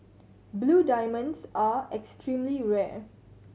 blue diamonds are extremely rare